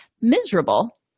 miserable